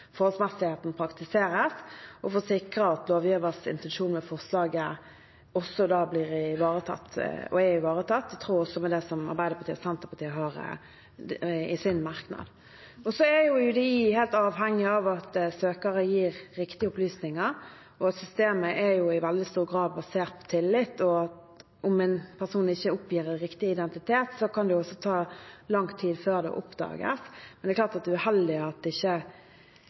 for å sikre at lovgivers intensjon med forslaget blir ivaretatt, i tråd med det som står i Arbeiderpartiet og Senterpartiets merknad. UDI er helt avhengig av at søkere gir riktige opplysninger. Systemet er i veldig stor grad basert på tillit. Om en person ikke oppgir riktig identitet, kan det ta lang tid før det oppdages. Men det er uheldig at saker ikke blir avklart. Jeg vil også presisere at